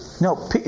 No